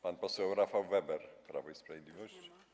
Pan poseł Rafał Weber, Prawo i Sprawiedliwość.